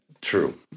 true